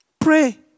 pray